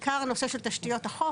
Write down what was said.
בעיקר הנושא של תשתיות החוף,